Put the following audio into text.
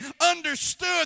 understood